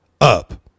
up